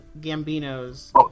Gambino's